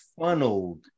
funneled